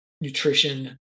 Nutrition